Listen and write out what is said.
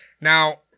Now